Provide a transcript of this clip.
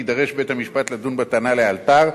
יידרש בית-המשפט לדון בטענה לאלתר.